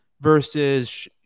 versus